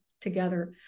together